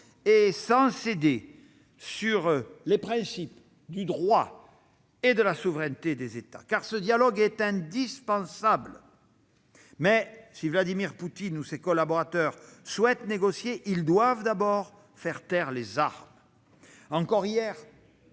et sans céder sur les principes du droit et du respect de la souveraineté des États. Ce dialogue est indispensable, mais si Vladimir Poutine ou ses collaborateurs souhaitent négocier, ils doivent d'abord faire taire les armes. Encore hier,